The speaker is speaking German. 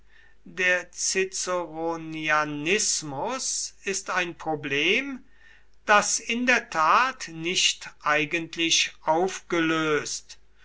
der ciceronianismus ist ein problem das in der tat nicht eigentlich aufgelöst